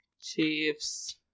Chiefs